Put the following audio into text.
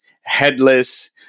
headless